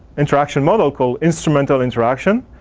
interaction model called instrumental interaction.